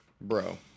Bro